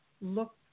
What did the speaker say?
look